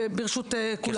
ברשות כולם.